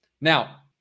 Now